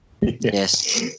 Yes